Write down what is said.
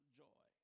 joy